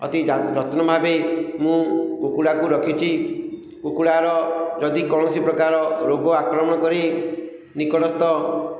ଅତି ଯତ୍ନ ଭାବେ ମୁଁ କୁକୁଡ଼ାକୁ ରଖିଛି କୁକୁଡ଼ାର ଯଦି କୌଣସି ପ୍ରକାର ରୋଗ ଆକ୍ରମଣ କରି ନିକଟସ୍ଥ